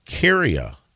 Caria